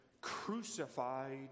crucified